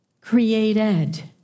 created